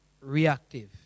reactive